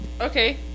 Okay